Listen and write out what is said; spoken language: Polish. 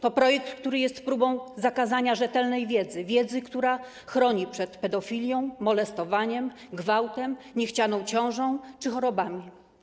To projekt, który jest próbą zakazania rzetelnej wiedzy, wiedzy, która chroni przed pedofilią, molestowaniem, gwałtem, niechcianą ciążą czy chorobami.